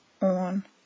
on